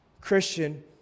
Christian